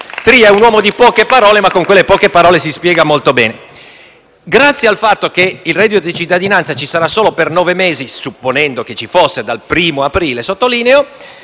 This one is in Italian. Tria è un uomo di poche parole, ma con quelle poche parole si spiega molto bene. Grazie al fatto che il reddito di cittadinanza ci sarà solo per nove mesi, supponendo che ci fosse dal 1° aprile - lo sottolineo